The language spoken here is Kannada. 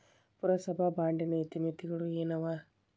ಪುರಸಭಾ ಬಾಂಡಿನ ಇತಿಮಿತಿಗಳು ಏನವ?